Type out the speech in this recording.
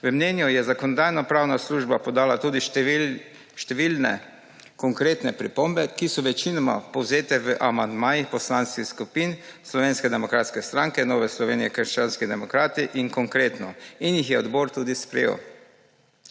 V mnenju je Zakonodajno-pravna služba podala tudi številne konkretne pripombe, ki so večinoma povzete v amandmajih poslanskih skupin Slovenske demokratske stranke, Nove Slovenije – krščanskih demokratov in Konkretno, in jih je odbor tudi sprejel.